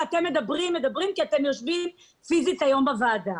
אתם מדברים ומדברים כי אתם יושבים פיזית בוועדה.